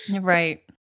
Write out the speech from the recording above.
Right